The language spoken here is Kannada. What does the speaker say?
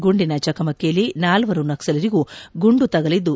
ಗುಂಡಿನ ಚಕಮಕಿಯಲ್ಲಿ ನಾಲ್ವರು ನಕ್ವಲರಿಗೂ ಗುಂಡು ತಗುಲಿದ್ದು